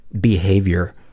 behavior